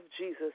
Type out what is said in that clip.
Jesus